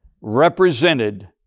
represented